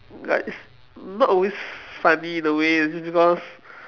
like it's not always funny in a way it is because